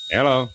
Hello